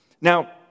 Now